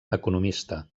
economista